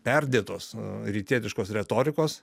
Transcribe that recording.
perdėtos rytietiškos retorikos